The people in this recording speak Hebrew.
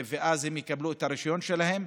ואז הם יקבלו את הרישיון שלהם.